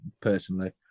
personally